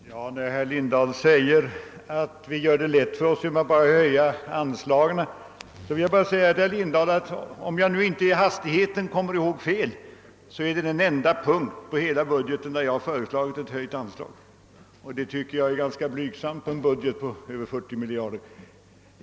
Herr talman! När herr Lindahl säger att vi inom oppositionen gör det lätt för oss genom att bara begära höjning av anslagen i enlighet med verkens petita vill jag säga att detta — om jag inte missminner mig — är den enda punkt på budgeten där jag föreslagit ett höjt anslag, och det är väl ganska blygsamt när det gäller en budget på över 40 miljarder kronor.